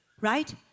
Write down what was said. Right